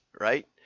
right